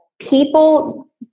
people